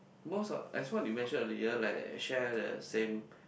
most of as what you mentioned earlier like I share the same